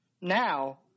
Now